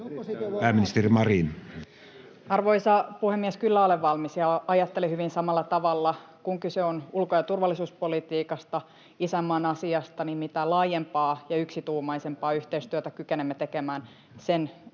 Pääministeri Marin. Arvoisa puhemies! Kyllä olen valmis, ja ajattelen hyvin samalla tavalla. Kun kyse on ulko- ja turvallisuuspolitiikasta, isänmaan asiasta, niin mitä laajempaa ja yksituumaisempaa yhteistyötä kykenemme tekemään, sen